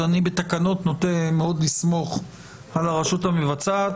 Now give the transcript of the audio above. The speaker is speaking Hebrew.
אז אני בתקנות נוטה מאוד לסמוך על הרשות המבצעת,